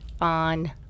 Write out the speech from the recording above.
on